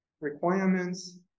requirements